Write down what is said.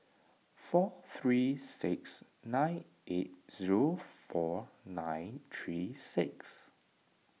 four three six nine eight zero four nine three six